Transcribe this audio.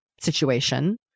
situation